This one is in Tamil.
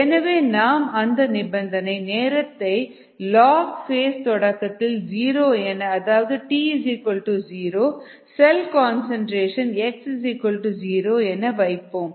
எனவே நாம் அந்த நிபந்தனை நேரத்தை லாக் ஃபேஸ் தொடக்கத்தில் ஜீரோ என அதாவது t0 செல் கன்சன்ட்ரேஷன் x0 என வைப்போம்